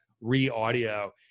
re-audio